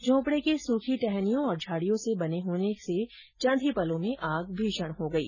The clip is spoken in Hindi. झोंपड़े के सूखी टहनियों और झाड़ियों से बने होने से चंद ही पलों में आग भीषण हो गई